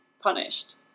punished